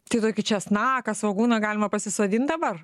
tai tokį česnaką svogūną galima pasisodint dabar